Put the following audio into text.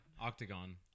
Octagon